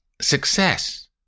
Success